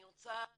אני רוצה